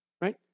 right